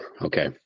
Okay